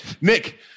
Nick